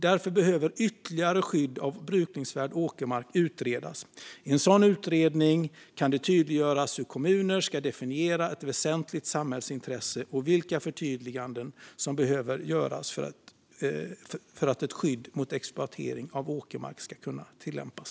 Därför behöver ytterligare skydd av brukningsvärd åkermark utredas. I en sådan utredning kan det tydliggöras hur kommuner ska definiera ett väsentligt samhällsintresse och vilka förtydliganden som behöver göras för att ett skydd mot exploatering av åkermark ska kunna tillämpas.